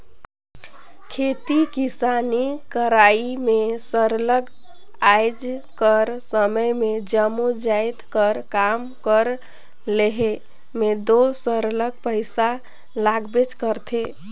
खेती किसानी करई में सरलग आएज कर समे में जम्मो जाएत कर काम कर लेहे में दो सरलग पइसा लागबेच करथे